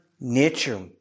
nature